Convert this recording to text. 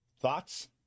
Thoughts